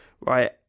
right